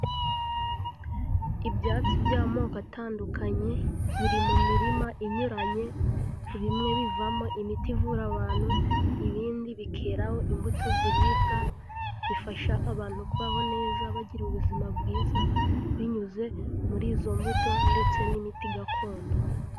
Ibyatsi by'amoko atandukanye biri mu mirima inyuranye, bimwe bivamo imiti ivura abantu, ibindi bikeraho imbuto ziribwa, bifasha abantu kubaho neza bagira ubuzima bwiza binyuze muri izo mbuto ndetse n'imiti gakondo.